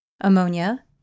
ammonia